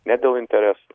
ne dėl interesų